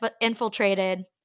infiltrated